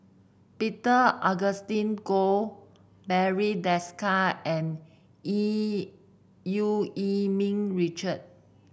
Peter Augustine Goh Barry Desker and Yee Eu Yee Ming Richard